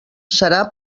serà